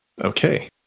Okay